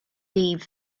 live